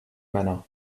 manner